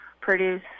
produce